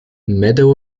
meadow